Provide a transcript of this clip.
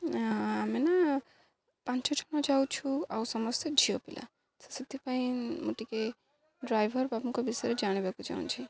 ଆମେ ନା ପାଞ୍ଚ ଜଣ ଯାଉଛୁ ଆଉ ସମସ୍ତେ ଝିଅପିଲା ସେଥିପାଇଁ ମୁଁ ଟିକେ ଡ୍ରାଇଭର ବାବୁଙ୍କ ବିଷୟରେ ଜାଣିବାକୁ ଚାହୁଁଛି